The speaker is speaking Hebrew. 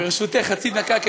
ברשותך, חצי דקה.